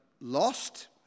lost